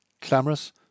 clamorous